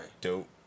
dope